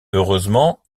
heureusement